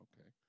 Okay